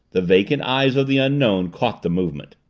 the vacant eyes of the unknown caught the movement.